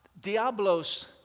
Diablos